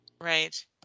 right